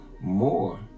more